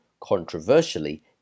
controversially